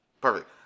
Perfect